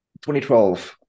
2012